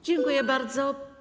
Dziękuję bardzo.